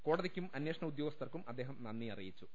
കോടതിക്കും അന്വേഷണ ഉദ്യോഗസ്ഥാർക്കും അദ്ദേഹം നന്ദി അറിയിച്ചു